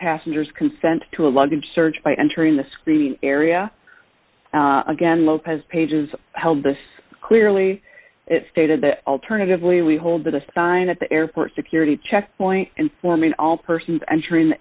passengers consent to a luggage search by entering the screening area again lopez pages held this clearly stated that alternatively we hold a sign at the airport security checkpoint informing all persons entering